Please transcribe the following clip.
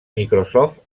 microsoft